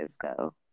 go